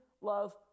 love